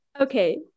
Okay